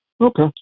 Okay